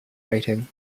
rating